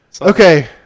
okay